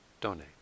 donate